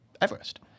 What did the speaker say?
Everest